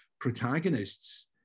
protagonists